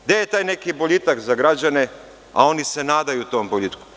Gde je taj neki boljitak za građane, a oni se nadaju tom boljitku?